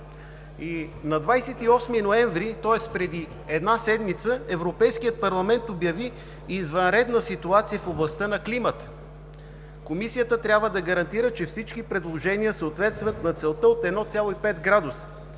На 28 ноември, тоест преди една седмица, Европейският парламент обяви извънредна ситуация в областта на климата. Комисията трябва да гарантира, че всички предложения съответстват на целта от 1,5 градуса.